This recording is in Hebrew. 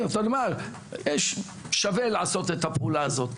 היה שווה לעשות את הפעולה הזאת,